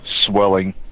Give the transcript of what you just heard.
swelling